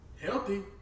Healthy